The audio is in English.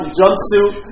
jumpsuit